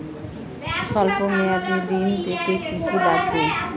সল্প মেয়াদী ঋণ পেতে কি কি লাগবে?